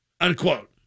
unquote